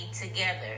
together